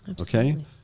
okay